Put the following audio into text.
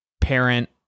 parent